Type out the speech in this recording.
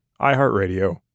iHeartRadio